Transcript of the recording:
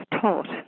taught